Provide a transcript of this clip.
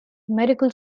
medical